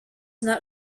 not